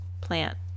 plant